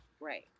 Right